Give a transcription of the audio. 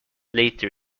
later